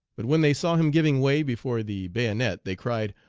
but when they saw him giving way before the bayonet, they cried,